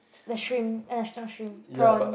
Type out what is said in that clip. the shrimp eh not shrimp prawn